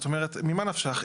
ממה נפשך?